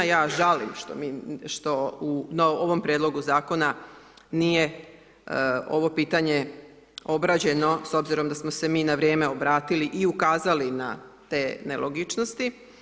Ja žalim što u ovom Prijedlogu Zakonu nije ovo pitanje obrađeno s obzirom da smo se mi na vrijeme obratili i ukazali na te nelogičnosti.